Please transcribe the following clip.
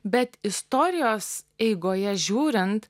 bet istorijos eigoje žiūrint